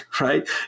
right